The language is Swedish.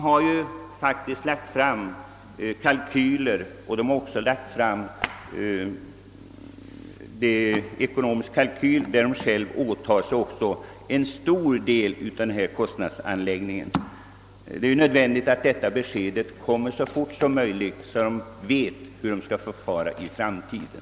Man har faktiskt lagt fram en ekonomisk kalkyl och påtagit sig en stor del av kostnaderna. Det är nödvändigt att man får besked så fort som möjligt, så att man vet hur man skall förfara i framtiden.